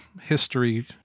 history